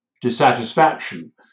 dissatisfaction